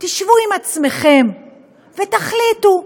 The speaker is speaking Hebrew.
תשבו עם עצמכם ותחליטו,